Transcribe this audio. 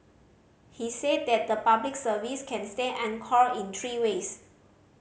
he said that the Public Service can stay anchored in three ways